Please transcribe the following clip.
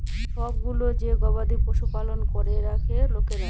ছব গুলা যে গবাদি পশু পালল ক্যরে রাখ্যে লকরা